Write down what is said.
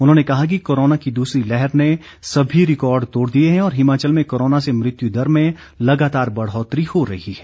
उन्होंने कहा कि कोरोना की दूसरी लहर ने सभी रिकॉर्ड तोड़ दिए हैं और हिमाचल में कोरोना से मृत्यु दर में लगातार बढ़ौतरी हो रही है